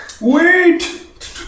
Wait